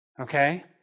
okay